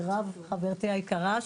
מירב חברתי היקרה,